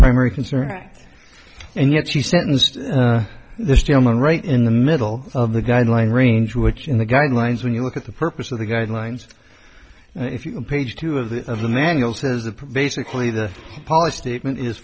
primary concern act and yet she sentenced this gentleman right in the middle of the guideline range which in the guidelines when you look at the purpose of the guidelines if you page two of the of the manual says the pervasively the policy statement is